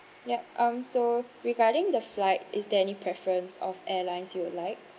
yup um so regarding the flight is there any preference of airlines you would like